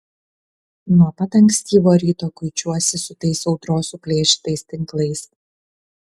nuo pat ankstyvo ryto kuičiuosi su tais audros suplėšytais tinklais